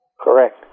Correct